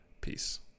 peace